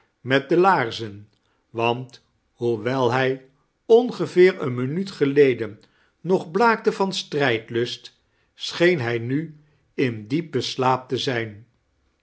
met de laarzen want boewel hij ongeveer een minuut geleden nog blaakte van strijdlust scheen hij nu in diepen slaap te zijn